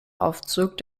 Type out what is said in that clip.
aufzug